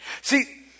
See